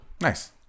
Nice